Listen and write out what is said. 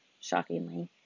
shockingly